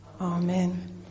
Amen